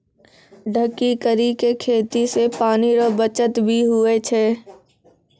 ढकी करी के खेती से पानी रो बचत भी हुवै छै